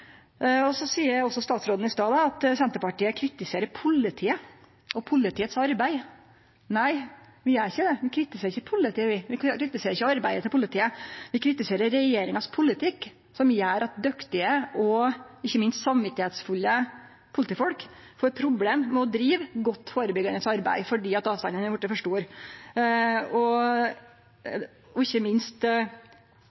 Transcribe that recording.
Så sa statsråden også i stad at Senterpartiet kritiserer politiet og arbeidet til politiet. Nei, vi gjer ikkje det. Vi kritiserer ikkje politiet. Vi kritiserer ikkje arbeidet til politiet. Vi kritiserer regjeringas politikk som gjer at dyktige og ikkje minst samvitsfulle politifolk får problem med å drive godt førebyggande arbeid fordi avstandane har vorte for store, og